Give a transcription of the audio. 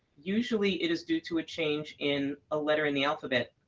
usually it is due to a change in a letter in the alphabet.